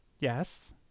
Yes